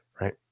right